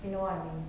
you know what I mean